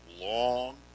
long